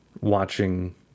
watching